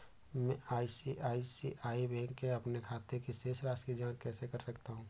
मैं ICICI bank के अपने खाते की शेष राशि की जाँच कैसे कर सकता हूँ?